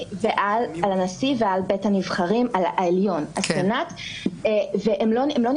לפסק הדין הזה ולביקורת השיפוטית שבית המשפט לקח לעצמו האם את יכולה